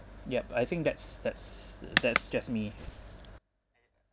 yup I think that's that's that's just me